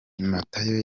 matayo